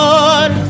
Lord